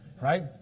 right